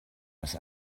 was